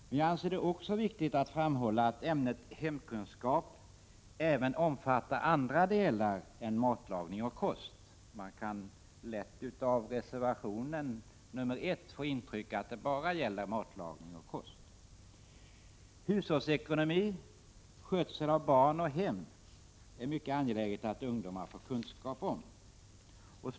Men jag anser det också viktigt att framhålla att ämnet hemkunskap även omfattar andra delar än matlagning och kostfrågor. Man kan lätt av reservation nr 1 få intrycket att det bara gäller matlagning och kostfrågor. Det är mycket angeläget att ungdomarna får kunskap om hushållsekonomi, samt skötsel av barn och hem.